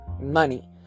money